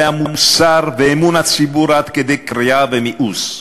המוסר ואמון הציבור עד כדי קריעה ומיאוס.